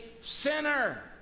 sinner